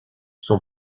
son